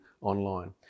online